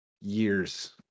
years